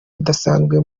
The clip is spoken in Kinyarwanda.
idasanzwe